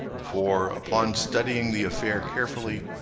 for, upon studying the affair carefully,